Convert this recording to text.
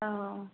औ